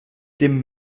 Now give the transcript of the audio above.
dem